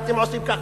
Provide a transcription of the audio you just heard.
ואתם עושים ככה.